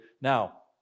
now